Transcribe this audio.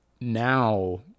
now